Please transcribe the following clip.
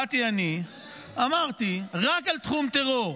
באתי אני, אמרתי: רק על תחום טרור.